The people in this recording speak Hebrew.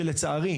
שלצערי,